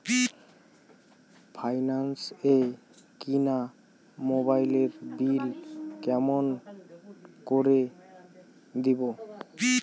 Finance এ কিনা মোবাইলের বিল কেমন করে দিবো?